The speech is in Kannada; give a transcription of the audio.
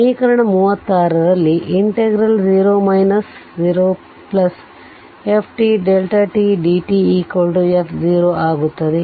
ಸಮೀಕರಣ 36ರಲ್ಲಿ 0 0 fdtf ಆಗುತ್ತದೆ